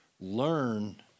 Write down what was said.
learn